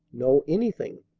no anything.